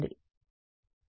విద్యార్థి సమయం 1628 చూడండి